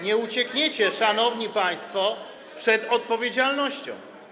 Nie uciekniecie, szanowni państwo, przed odpowiedzialnością.